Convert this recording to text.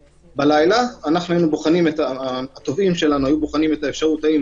בלילה התובעים שלנו היו בוחנים את האפשרות האם